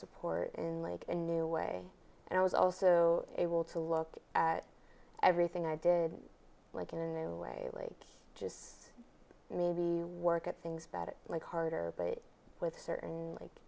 support in like a new way and i was also able to look at everything i did like in a new way like just maybe work at things better like harder but with certainly like